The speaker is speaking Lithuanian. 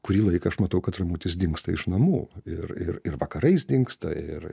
kurį laiką aš matau kad ramutis dingsta iš namų ir ir ir vakarais dingsta ir